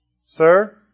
Sir